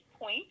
point